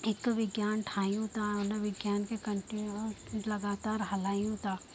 हिकु विज्ञान ठाहियूं था हुन विज्ञान खे कंटिन्यू लगातार हलायूं था